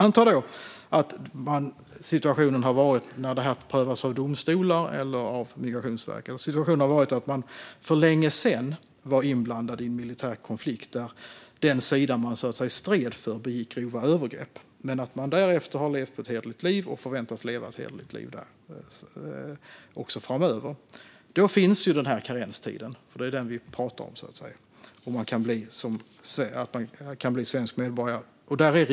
Anta då att situationen när det här prövas av domstolar eller av Migrationsverket är att man för länge sedan varit inblandad i en militär konflikt där den sida man stred för begick grova övergrepp men att man därefter har levt ett hederligt liv och förväntas leva ett hederligt liv även framöver. Då finns den karenstid vi pratar om för svenskt medborgarskap.